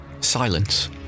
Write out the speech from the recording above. Silence